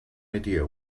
idea